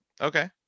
Okay